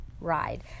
ride